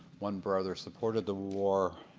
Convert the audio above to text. one brother supported the war,